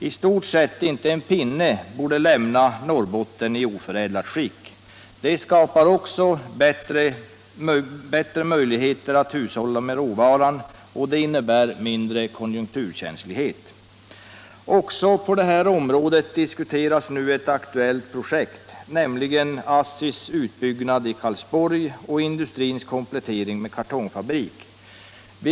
I stort sett inte en enda pinne borde lämna Norrbotten i oförädlat skick! Det skapar också möjligheter till bättre hushållning med råvaran, och det innebär dessutom mindre konjunkturkänslighet. Också på detta område diskuteras nu ett aktuellt projekt, nämligen ASSI:s utbyggnad i Karlsborg och industrins komplettering med en kartongfabrik.